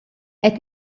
qed